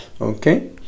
Okay